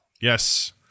Yes